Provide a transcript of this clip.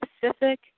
Pacific